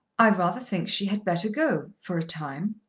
i rather think she had better go for a time.